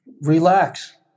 relax